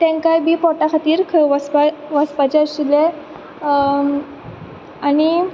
तेंकाय बी पोटा खातीर खंय वचपा वचपाचें आशिल्लें आनी